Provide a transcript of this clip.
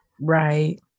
Right